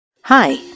Hi